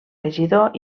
regidor